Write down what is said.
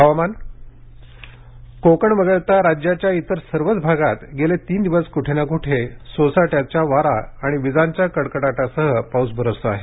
हुवामान कोकण वगळता राज्याच्या इतर सर्वच भागात गेले तीन दिवस कुठे ना कुठे सोसाटयाचा वारा आणि विजांच्या कडकडाटासह पाऊस बरसतो आहे